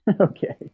Okay